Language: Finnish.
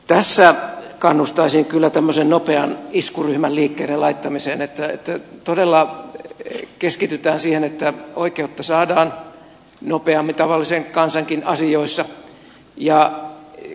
tässä kannustaisin kyllä tämmöisen nopean iskuryhmän liikkeelle laittamiseen että todella keskitytään siihen että oikeutta saadaan nopeammin tavallisen kansankin asioissa ja kohtuulliseen hintaan